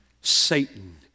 Satan